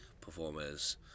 performers